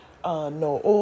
No